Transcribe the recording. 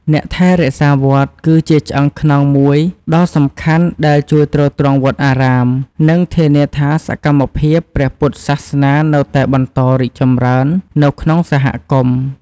អ្នកថែរក្សាវត្តគឺជាឆ្អឹងខ្នងមួយដ៏សំខាន់ដែលជួយទ្រទ្រង់វត្តអារាម និងធានាថាសកម្មភាពព្រះពុទ្ធសាសនានៅតែបន្តរីកចម្រើននៅក្នុងសហគមន៍។